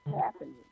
happening